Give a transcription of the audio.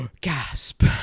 gasp